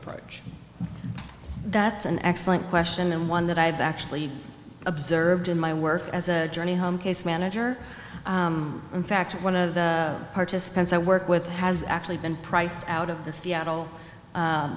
approach that's an excellent question and one that i've actually observed in my work as a journey home case manager in fact one of the participants i work with has actually been priced out of the seattle